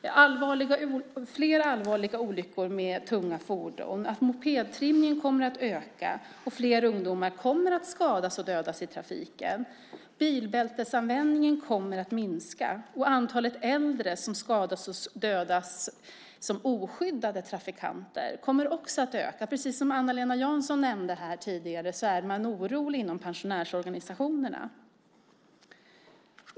Det kommer att bli fler allvarliga olyckor med tunga fordon. Mopedtrimningen kommer att öka, och fler ungdomar kommer att skadas och dödas i trafiken. Bilbältesanvändningen kommer att minska, och antalet äldre som skadas och dödas som oskyddade trafikanter kommer också att öka. Precis som Eva-Lena Jansson nämnde här tidigare är man orolig inom pensionärsorganisationerna.